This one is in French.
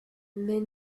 mais